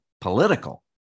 political